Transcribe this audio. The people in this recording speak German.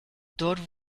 dort